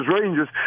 Rangers